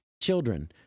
children